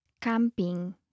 Camping